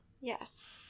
yes